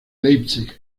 leipzig